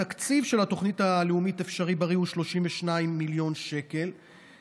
התקציב של התוכנית הלאומית אפשריבריא הוא 32 מיליון שקלים,